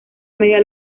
media